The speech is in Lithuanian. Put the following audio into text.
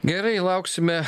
gerai lauksime